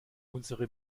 unsere